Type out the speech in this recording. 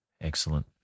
Excellent